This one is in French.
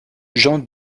jean